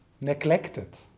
neglected